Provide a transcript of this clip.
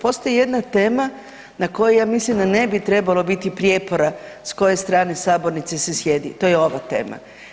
Postoji jedna tema na koju ja mislim da ne bi trebalo biti prijepora s koje strane sabornice se sjedi, to je ova tema.